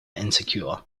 insecure